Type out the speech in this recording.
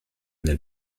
nel